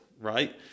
right